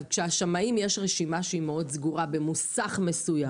אבל כשלשמאים יש רשימה שהיא מאוד סגורה במוסך מסוים